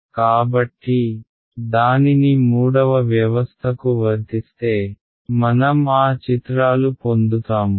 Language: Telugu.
కాబట్టి దానిని మూడవ వ్యవస్థకు వర్తిస్తే మనం ఆ చిత్రాలు పొందుతాము